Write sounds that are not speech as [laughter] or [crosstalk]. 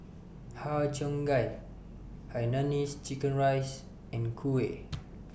Har Cheong Gai Hainanese Chicken Rice and Kuih [noise]